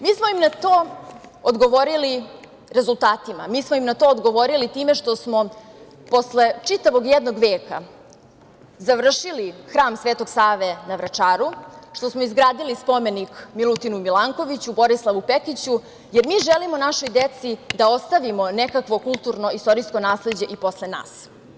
Mi smo im na to odgovorili rezultatima, mi smo im na to odgovori time što smo posle čitavog jednog veka završili hram Svetog Save na Vračaru, što smo izgradili spomenik Milutinu Milankoviću, Borislavu Pekiću, jer mi želimo našoj deci da ostavimo nekakvo kulturno-istorijsko nasleđe i posle nas.